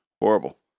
horrible